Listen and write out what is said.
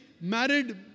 married